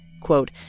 quote